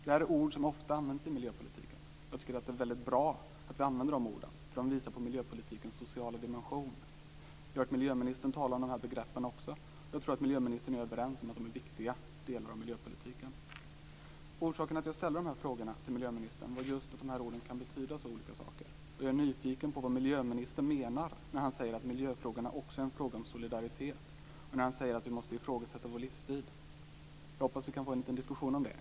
Det är ord som ofta används i miljöpolitiken. Jag tycker att det är bra att vi använder de orden, därför att de visar på miljöpolitikens sociala dimension. Jag har hört att miljöministern också talar om de här begreppen, och jag tror att vi är överens om att de är viktiga delar i miljöpolitiken. Orsaken till att jag ställde de här frågorna till miljöministern var just att de här orden kan betyda så olika saker. Jag är nyfiken på vad miljöministern menar när han säger att miljöfrågorna också handlar om solidaritet och när han säger att vi måste ifrågasätta vår livsstil. Jag hoppas att vi kan få en diskussion om det.